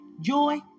Joy